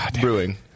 brewing